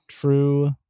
True